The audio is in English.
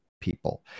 people